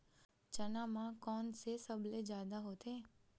चना म कोन से सबले जादा होथे?